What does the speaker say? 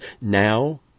Now